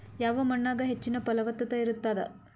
ಯಾವ ಮಣ್ಣಾಗ ಹೆಚ್ಚಿನ ಫಲವತ್ತತ ಇರತ್ತಾದ?